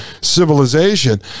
civilization